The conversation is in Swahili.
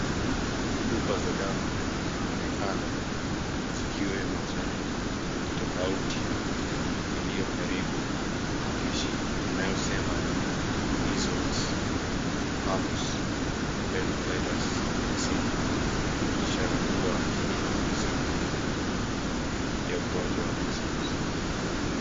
Chupa za dawa zinaonekana zikiwemo za rangi tofauti iliyo karibu, ina maandishi yanayosema measles, mumps, rubella virus vaccine . Ishara kuwa hii ni (CS)vaccini(CS) ya ugonjwa wa measles.